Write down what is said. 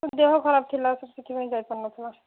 sir ଦେହ ଖରାପ୍ ଥିଲା ସେ ସେଥିପାଇଁ ଯାଇ ପାରିନଥିଲା